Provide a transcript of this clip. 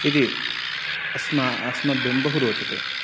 इति अस्मा अस्मभ्यं बहु रोचते